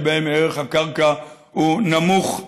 שבהם ערך הקרקע הוא נמוך,